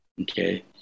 okay